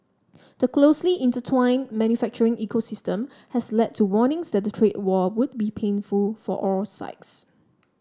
the closely intertwined manufacturing ecosystem has led to warnings that a trade war would be painful for all sides